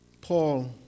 Paul